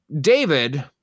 David